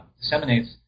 disseminates